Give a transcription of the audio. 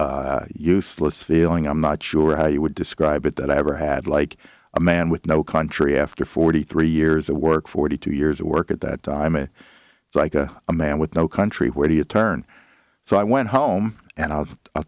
useless feeling i'm not sure how you would describe it that i ever had like a man with no country after forty three years of work forty two years of work at that time and it's like a man with no country where do you turn so i went home and i'll